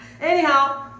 Anyhow